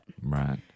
Right